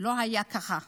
לא ככה היה,